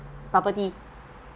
bubble tea